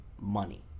money